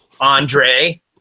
Andre